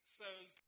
says